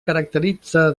caracteritza